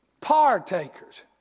Partakers